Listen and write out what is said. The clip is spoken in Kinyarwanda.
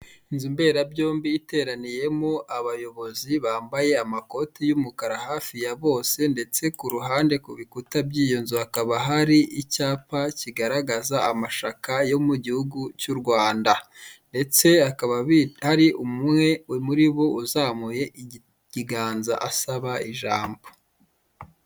Inzu mberabyombi iteraniyemo abayobozi bambaye amakoti y'umukara yafi ya bose, ndetse ku ruhande ku bikuta by'iyo nzu hakaba hari icyapa kigaragaza amashaka yo mu gihugu cy'u Rwanda. Ndetse hakaba hari umwe muri bo uzamuye ikiganza, asaba ijambo.